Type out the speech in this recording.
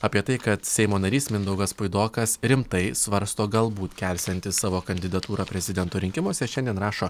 apie tai kad seimo narys mindaugas puidokas rimtai svarsto galbūt kelsiantis savo kandidatūrą prezidento rinkimuose šiandien rašo